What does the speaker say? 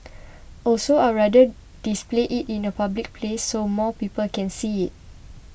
also I'd rather display it in a public place so more people can see it